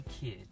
kid